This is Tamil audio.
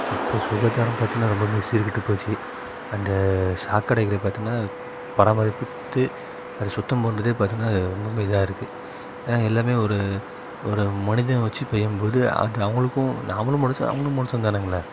இப்போ சுகாதாரம் பார்த்தின்னா ரொம்பவுமே சீர்கெட்டு போச்சு அந்த சாக்கடைகளை பார்த்தன்னா பராமரிப்பது அது சுத்தம் பண்ணுறதே பார்த்தன்னா ரொம்பவுமே இதாக இருக்குது ஏன்னால் எல்லாமே ஒரு ஒரு மனிதனை வச்சு செய்யும்போது அது அவங்களுக்கும் நாமளும் மனுஷன் அவங்களும் மனுஷன் தானேங்கள